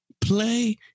Play